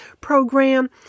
program